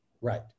right